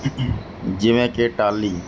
ਜਿਵੇਂ ਕਿ ਟਾਹਲੀ